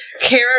care